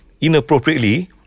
inappropriately